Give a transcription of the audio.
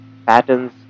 patterns